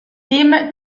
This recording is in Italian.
team